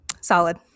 solid